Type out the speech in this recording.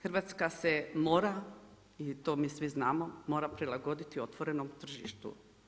Hrvatska se mora i to mi svi znamo mora prilagoditi otvorenom tržištu.